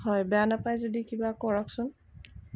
হয় বেয়া নাপায় যদি কিবা কৰকচোন